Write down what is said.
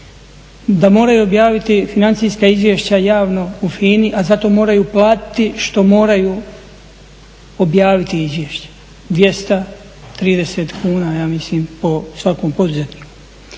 Da moraju objaviti financijska izvješća javno u FINA-i a zato moraju platiti što moraju objaviti izvješće 230 kuna ja mislim po svakom poduzetniku.